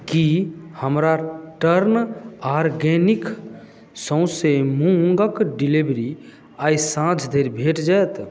की हमरा turn organic सौंसे मूंगक डिलीवरी आइ साँझ धरि भेट जायत